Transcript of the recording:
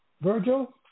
Virgil